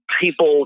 people